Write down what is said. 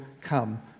come